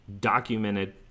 documented